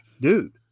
dude